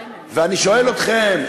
ואני שואל אתכם,